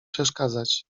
przeszkadzać